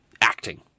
acting